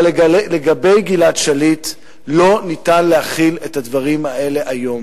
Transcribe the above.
אבל לגבי גלעד שליט לא ניתן להחיל את הדברים האלה היום.